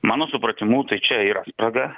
mano supratimu tai čia yra spraga